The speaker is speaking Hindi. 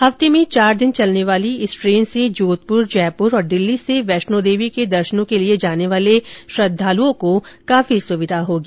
हफ़ते में चार दिन चलने वाली इस ट्रेन से जोधपुर जयपुर और दिल्ली से वैष्णो देवी के दर्शनों के लिए जाने वाले श्रद्वालुओं को काफी सुविधा होगी